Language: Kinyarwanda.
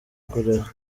kurera